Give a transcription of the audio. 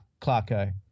clarko